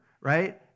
right